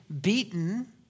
beaten